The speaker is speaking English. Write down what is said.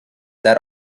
that